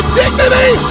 dignity